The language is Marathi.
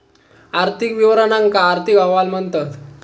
आर्थिक विवरणांका आर्थिक अहवाल म्हणतत